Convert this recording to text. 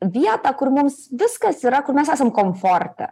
vietą kur mums viskas yra kur mes esam komforte